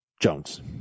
Jones